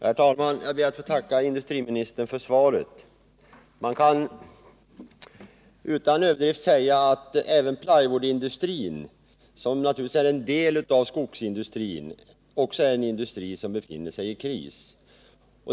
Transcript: Herr talman! Jag ber att få tacka industriministern för svaret. Man kan utan överdrift säga att plywoodindustrin, som naturligtvis är en del av skogsindustrin, också är en industri som befinner sig i kris.